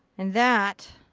and that,